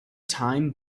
time